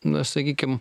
na sakykime